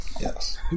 Yes